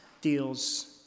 deals